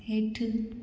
हेठि